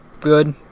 good